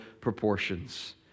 proportions